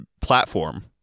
platform